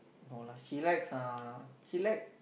no lah she likes uh she like